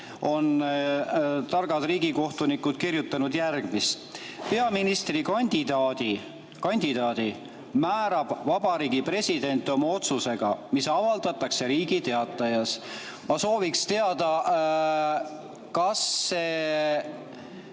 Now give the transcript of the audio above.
on targad riigikohtunikud kirjutanud järgmist: "Peaministrikandidaadi määrab Vabariigi President oma otsusega, mis avaldatakse Riigi Teatajas." Ma soovin teada, kas see